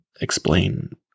explain